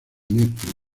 netflix